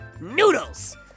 Noodles